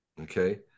Okay